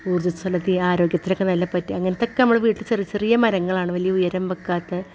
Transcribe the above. ഊർജ്ജസ്വലതി ആരോഗ്യതിനൊക്കെ നല്ല പറ്റി അങ്ങനത്തെയൊക്കെ വീട്ടിൽ ചെറിയ ചെറിയ മരങ്ങളാണ് വലിയ ഉയരം വെക്കാത്ത